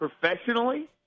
professionally